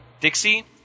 Dixie